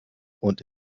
und